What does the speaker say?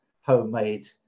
homemade